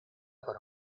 para